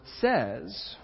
says